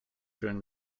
during